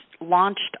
launched